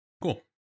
cool